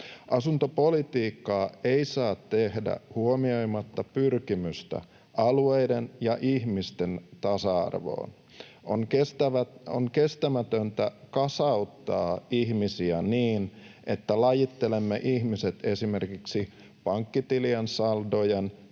Asuntopolitiikkaa ei saa tehdä huomioimatta pyrkimystä alueiden ja ihmisten tasa-arvoon. On kestämätöntä kasauttaa ihmisiä niin, että lajittelemme ihmiset esimerkiksi pankkitilien saldojen,